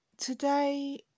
today